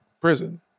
prison